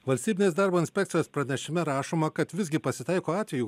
valstybinės darbo inspekcijos pranešime rašoma kad visgi pasitaiko atvejų